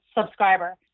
subscriber